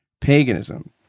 paganism